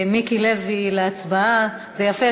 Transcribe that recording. ברכב בחוף הים (תיקון,